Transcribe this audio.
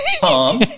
Tom